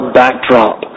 backdrop